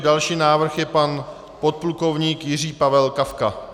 Další návrh je pan podplukovník Jiří Pavel Kafka.